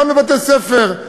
גם בבתי-ספר,